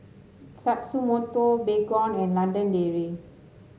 Tatsumoto Baygon and London Dairy